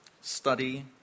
study